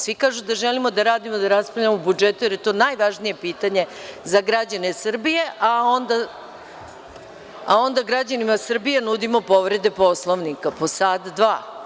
Svi kažu da žele da rade i da raspravljamo o budžetu, jer je to najvažnije pitanje za građane Srbije, a onda građanima Srbije nudimo povrede Poslovnika po sat-dva.